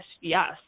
yes